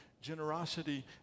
Generosity